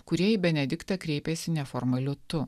kurie į benediktą kreipėsi neformaliu tu